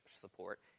support